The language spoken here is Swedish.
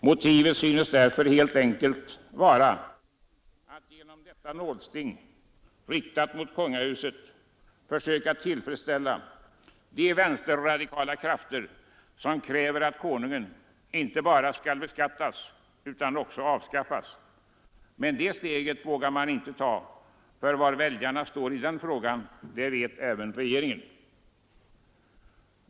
Motivet synes därför helt enkelt vara att genom detta nålsting, riktat mot kungahuset, försöka tillfredsställa de vänsterradikala krafter som kräver att Konungen inte bara skall beskattas utan också avskaffas. Men det steget vågar man inte ta, för var väljarna står i den frågan det vet även regeringen.